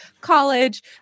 college